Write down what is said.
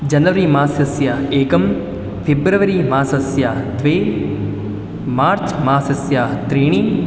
जनवरिमासस्य एकं फ़ेब्रवरिमासस्य द्वे मार्च् मासस्य त्रीणि